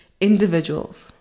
individuals